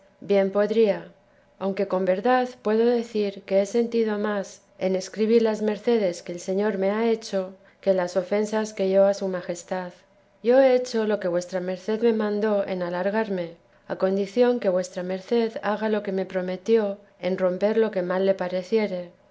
bien podría aunque con verdad puedo decir que he sentido más en escribir las mercedes que el señor me ha hecho que las ofensas que yo a su majestad yo he hecho lo que vuesa merced me mandó en alargarme a condición que vuesa merced haga lo que me prometió en romper lo que mal le pareciere